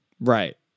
Right